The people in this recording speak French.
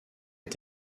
est